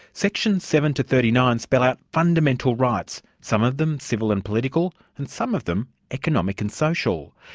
sections seven to thirty nine spell out fundamental rights, some of them civil and political, and some of them economic and social.